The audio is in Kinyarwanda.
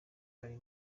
ari